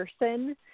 person